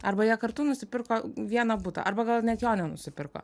arba jie kartu nusipirko vieną butą arba gal net jo nenusipirko